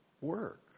work